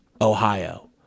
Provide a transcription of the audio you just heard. ohio